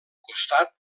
costat